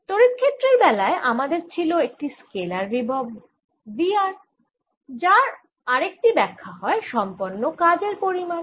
তড়িৎ ক্ষেত্রের বেলায় আমাদের ছিল একটি স্কেলার বিভব V r যার আরেকটি ব্যাখ্যা হয় সম্পন্ন কাজের পরিমান